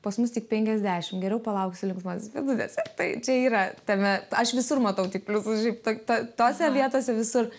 pas mus tik penkiasdešimt geriau palauksiu linksmosiose pėdutėse tai čia yra tame aš visur matau tik pliusus šiaip tai tose vietose visur